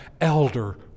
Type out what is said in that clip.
elder